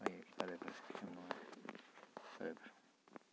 ꯑꯩ ꯐꯔꯦ ꯐꯔꯦ ꯌꯥꯝ ꯅꯨꯡꯉꯥꯏꯔꯦ ꯐꯔꯦ ꯐꯔꯦ